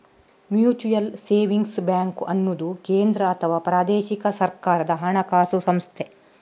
mutual savings bank ಅನ್ನುದು ಕೇಂದ್ರ ಅಥವಾ ಪ್ರಾದೇಶಿಕ ಸರ್ಕಾರದ ಹಣಕಾಸು ಸಂಸ್ಥೆ